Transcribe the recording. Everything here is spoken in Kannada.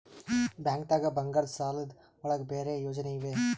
ಬ್ಯಾಂಕ್ದಾಗ ಬಂಗಾರದ್ ಸಾಲದ್ ಒಳಗ್ ಬೇರೆ ಯೋಜನೆ ಇವೆ?